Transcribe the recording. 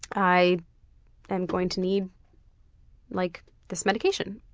i am going to need like this medication.